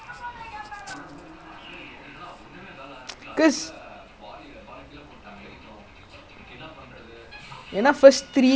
I mean I won't get fat I know lah I just need to err how to say I just wanna keep fit lah something like just keep active lah I don't want like become lazy